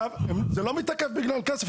זה לא מתעכב בגלל כסף.